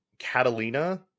catalina